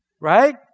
Right